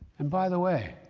and by the way,